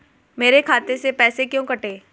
मेरे खाते से पैसे क्यों कटे?